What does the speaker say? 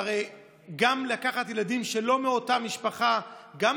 והרי גם לקחת ילדים שלא מאותה משפחה ביחד,